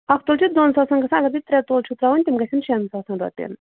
اَکھ تولہٕ چھُ دۄن ساسن گژھان اگر تُہۍ ترٛےٚ تولہٕ چھُو ترٛاوٕنۍ تِم گژھن شٮ۪ن ساسن رۄپیَن